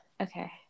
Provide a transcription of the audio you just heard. okay